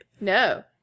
No